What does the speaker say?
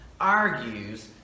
argues